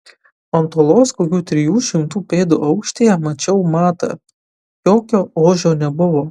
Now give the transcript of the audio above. ant uolos kokių trijų šimtų pėdų aukštyje mačiau matą jokio ožio nebuvo